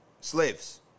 Slaves